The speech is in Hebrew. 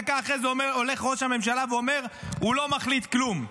דקה אחרי זה הולך ראש הממשלה ואומר: הוא לא מחליט כלום.